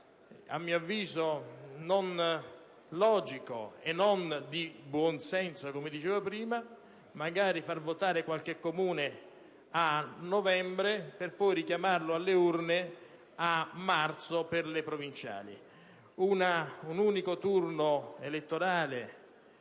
a mio avviso non logico e non di buonsenso - lo ribadisco - magari far votare qualche Comune a novembre per poi richiamarlo alle urne a marzo per le provinciali. Un unico turno elettorale,